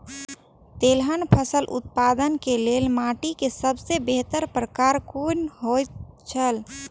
तेलहन फसल उत्पादन के लेल माटी के सबसे बेहतर प्रकार कुन होएत छल?